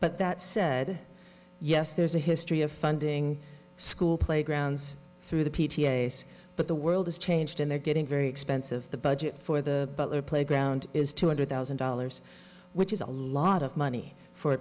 but that said yes there's a history of funding school playgrounds through the p t a s but the world has changed and they're getting very expensive the budget for the butler playground is two hundred thousand dollars which is a lot of money for